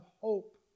hope